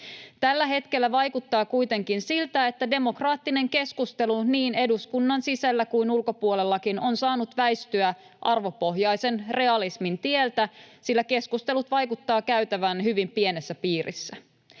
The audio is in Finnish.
Tällä hetkellä vaikuttaa kuitenkin siltä, että demokraattinen keskustelu niin eduskunnan sisällä kuin ulkopuolellakin on saanut väistyä arvopohjaisen realismin tieltä, sillä keskustelut vaikuttavat käytävän hyvin pienessä piirissä.